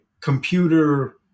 computer